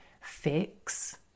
fix